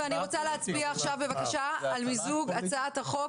אני רוצה להצביע על מיזוג הצעות החוק.